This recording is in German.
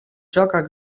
jogger